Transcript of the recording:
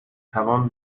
توان